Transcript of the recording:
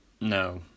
No